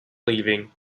leaving